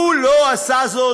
הוא לא עשה זאת